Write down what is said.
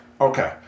okay